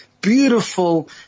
Beautiful